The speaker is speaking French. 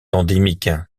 endémique